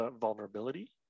vulnerability